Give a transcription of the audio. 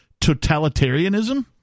totalitarianism